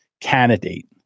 candidate